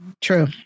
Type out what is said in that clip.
true